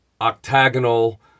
octagonal